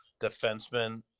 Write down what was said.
defenseman